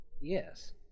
yes